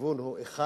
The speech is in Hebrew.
הכיוון הוא אחד: